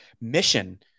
mission